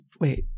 wait